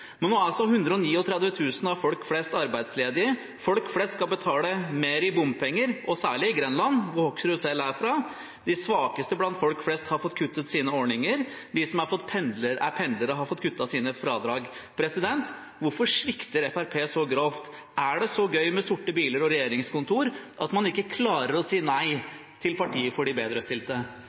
Nå er 139 000 av folk flest arbeidsledige, og folk flest skal betale mer i bompenger, særlig i Grenland, hvor Hoksrud selv er fra. De svakeste blant folk flest har fått kuttet sine ordninger. De som er pendlere, har fått kuttet sine fradrag. Hvorfor svikter Fremskrittspartiet så grovt? Er det så gøy med sorte biler og regjeringskontorer at man ikke klarer å si nei til partiet for de bedrestilte?